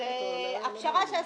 הפשרה שעשיתי,